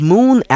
Moon